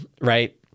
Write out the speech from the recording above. right